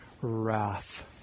wrath